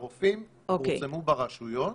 הוסמכו 17 רופאים, פורסמו ברשויות